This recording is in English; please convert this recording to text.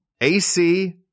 AC